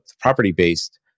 property-based